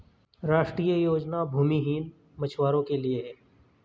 राष्ट्रीय योजना भूमिहीन मछुवारो के लिए है